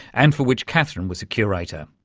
and for which katherine was a curator